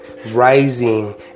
rising